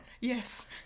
Yes